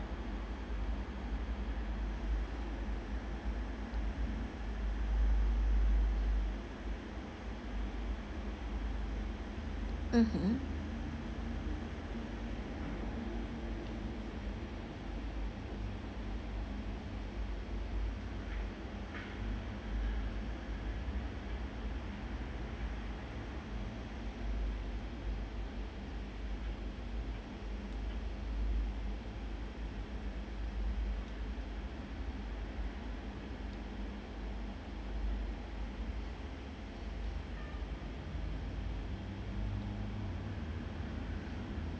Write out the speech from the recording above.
mmhmm